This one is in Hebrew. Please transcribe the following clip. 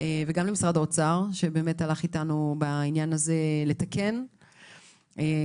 וגם למשרד האוצר שבאמת הלך איתנו בעניין הזה של לתקן את זה.